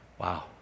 wow